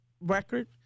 record